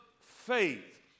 faith